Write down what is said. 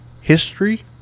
history